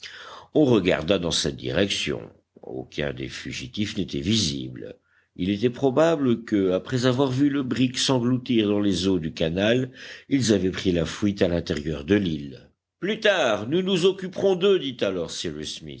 on regarda dans cette direction aucun des fugitifs n'était visible il était probable que après avoir vu le brick s'engloutir dans les eaux du canal ils avaient pris la fuite à l'intérieur de l'île plus tard nous nous occuperons d'eux dit alors